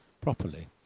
properly